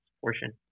portion